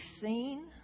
seen